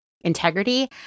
integrity